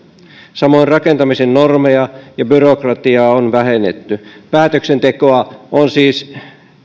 samoin rakentamisen normeja ja byrokratiaa on vähennetty päätöksentekoa on siis